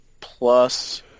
plus